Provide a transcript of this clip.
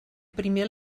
primer